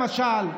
למשל.